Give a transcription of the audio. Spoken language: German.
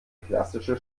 klassische